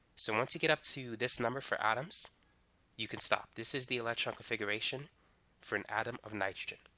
so once you get up to this number for atoms you can stop. this is the electron configuration for an atom of nitrogen